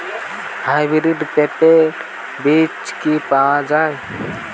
Hybrid পেঁপের বীজ কি পাওয়া যায়?